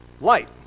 light